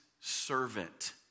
servant